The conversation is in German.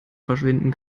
verschwinden